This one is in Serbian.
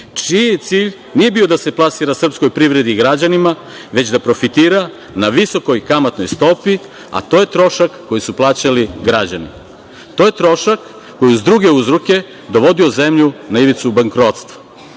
čiji cilj nije bio da se plasira srpskoj privredi i građanima, već da profitira na visokoj kamatnoj stopi, a to je trošak koji su plaćali građani. To je trošak koji je, uz druge uzroke, dovodio zemlju na ivicu bankrotstva.